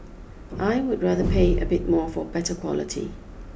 I would rather pay a bit more for better quality